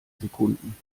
sekunden